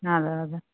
हजुर हजुर